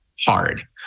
hard